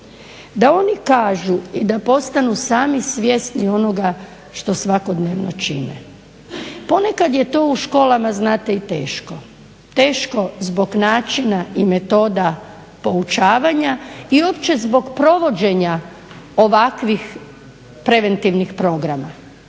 da oni kažu i da postanu sami svjesni onoga što svakodnevno čine. Ponekad je to u školama, znate i teško, teško zbog načina i metoda poučavanja u uopće zbog provođenja ovakvih preventivnih programa.